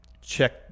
check